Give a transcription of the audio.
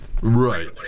Right